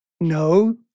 no